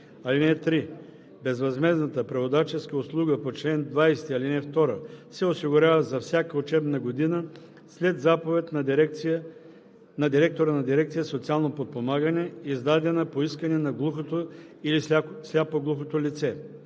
дете. (3) Безвъзмездната преводаческа услуга по чл. 20, ал. 2 се осигурява за всяка учебна година след заповед на директора на дирекция „Социално подпомагане“, издадена по искане на глухото или сляпо-глухото лице.